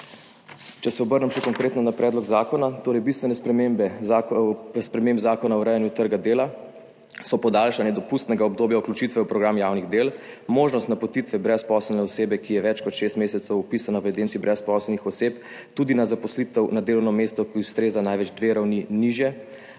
Če se obrnem še konkretno na predlog zakona. Bistvene spremembe Zakona o urejanju trga dela so podaljšanje dopustnega obdobja vključitve v program javnih del, možnost napotitve brezposelne osebe, ki je več kot šest mesecev vpisana v evidenci brezposelnih oseb, tudi na zaposlitev na delovno mesto, ki ustreza največ dve ravni nižji